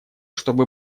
чтобы